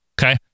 okay